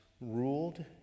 ruled